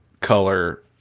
color